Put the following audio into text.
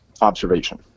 observation